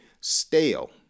Stale